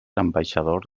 ambaixador